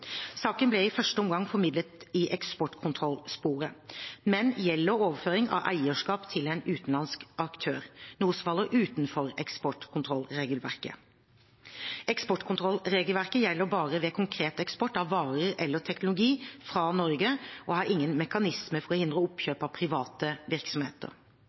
Saken ble i første omgang formidlet i eksportkontrollsporet, men gjelder overføring av eierskap til en utenlandsk aktør, noe som faller utenfor eksportkontrollregelverket. Eksportkontrollregelverket gjelder bare ved konkret eksport av varer eller teknologi fra Norge og har ingen mekanismer for å hindre oppkjøp av private virksomheter.